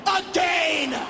again